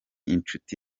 inshuti